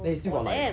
then he still got like